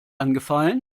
angefallen